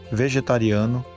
vegetariano